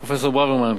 פרופסור ברוורמן,